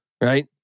right